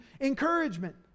encouragement